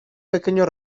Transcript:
pequeño